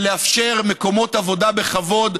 לאפשר מקומות עבודה בכבוד,